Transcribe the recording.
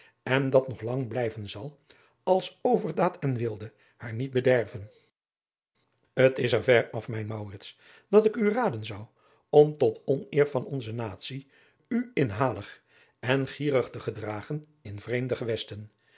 en dat nog lang blijven zal als overdaad en weelde haar niet bederven t is er ver af mijn maurits dat ik u raden zou om tot oneer van onze natie u inhalig en gierig te gedragen in vreemde gewesten